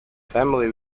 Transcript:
family